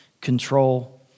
control